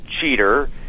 cheater